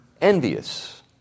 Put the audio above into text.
envious